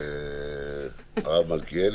הרב מלכיאלי,